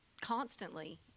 constantly